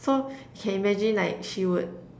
so can imagine like she would